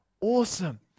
awesome